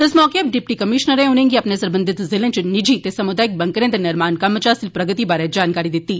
इस मौके डिप्टी कमिशनरें उनें'गी अपने सरबंधत जिलें च निजी ते सामुदायिक बंकरें दे निर्माण कम्में च हासल प्रगति बारै जानकारी दित्ती